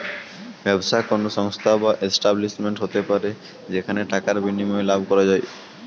ব্যবসা কোন সংস্থা বা এস্টাব্লিশমেন্ট হতে পারে যেখানে টাকার বিনিময়ে লাভ করা যায়